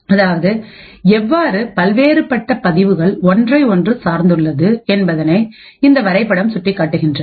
அதாவது எவ்வாறுபல்வேறுபட்ட பதிவுகள் ஒன்றை ஒன்று சார்ந்துள்ளது என்பதை இந்த வரைபடம் சுட்டிக்காட்டுகின்றது